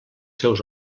seus